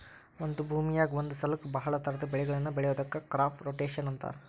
ಒಂದ ಭೂಮಿಯಾಗ ಒಂದ ಸಲಕ್ಕ ಬಹಳ ತರಹದ ಬೆಳಿಗಳನ್ನ ಬೆಳಿಯೋದಕ್ಕ ಕ್ರಾಪ್ ರೊಟೇಷನ್ ಅಂತಾರ